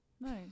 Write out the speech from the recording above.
Nice